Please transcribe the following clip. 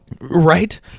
Right